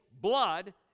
blood